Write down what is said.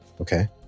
Okay